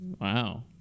wow